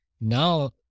Now